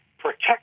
Protect